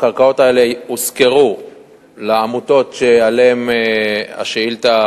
הקרקעות האלה הושכרו לעמותות שאליהן השאילתא